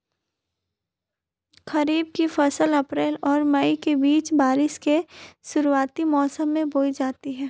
खरीफ़ की फ़सल अप्रैल और मई के बीच, बारिश के शुरुआती मौसम में बोई जाती हैं